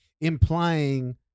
implying